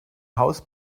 haus